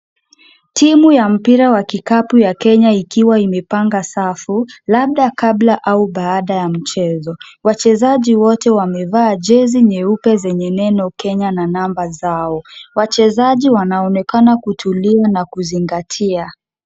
Timu ya mpira wa kikapu ya Kenya ikiwa imepanga safu, labda kabla au baada ya mchezo. Wachezaji wote wamevaa jezi nyeupe zenye neno Kenya na namba zao. Wachezaji wanaonekana kutulia na kuzingatia.